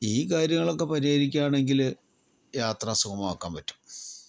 ഈ കാര്യങ്ങളൊക്കെ പരിഹാരിക്കാണെങ്കില് യാത്ര സുഗമമാക്കാൻ പറ്റും